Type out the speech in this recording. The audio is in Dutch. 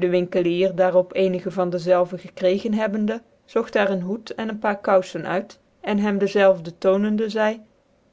dc winkelier daar op ccnigc van dezelve gekregen hebbende zogt cr een hoed cn een paar kouten uit cn hem dezelve toonende zcidc